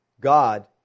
God